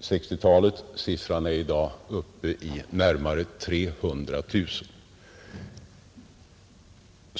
1960-talet. Siffran är i dag uppe i närmare 300 000.